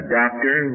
doctor